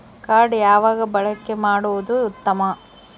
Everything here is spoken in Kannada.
ಕಾರ್ಡ್ ಯಾವಾಗ ಬಳಕೆ ಮಾಡುವುದು ಉತ್ತಮ?